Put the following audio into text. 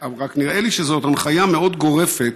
רק נראה לי שזאת הנחיה מאוד גורפת.